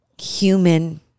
human